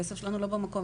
הכסף שלנו לא במקום,